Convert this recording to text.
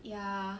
ya